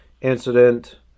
incident